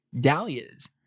dahlias